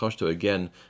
Again